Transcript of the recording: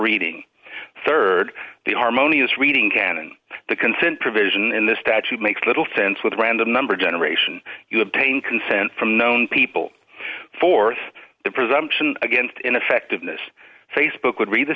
reading rd the harmonious reading canon the consent provision in the statute makes little sense with random number generation you obtain consent from known people th the presumption against ineffectiveness facebook would read the